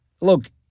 look